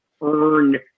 earn